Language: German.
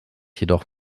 jedoch